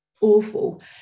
awful